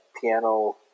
piano